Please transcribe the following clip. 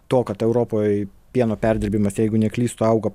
to kad europoj pieno perdirbimas jeigu neklystu augo